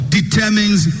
Determines